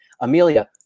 Amelia